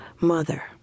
mother